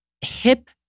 hip